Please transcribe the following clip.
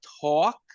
talk